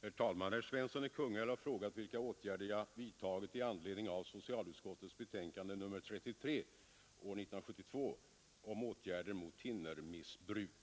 Herr talman! Herr Svensson i Kungälv har frågat vilka åtgärder jag vidtagit i anledning av socialutskottets betänkande nr 33 år 1972 om åtgärder mot thinnermissbruk.